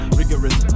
rigorous